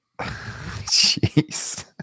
Jeez